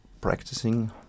practicing